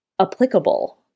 applicable